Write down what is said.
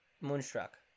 Moonstruck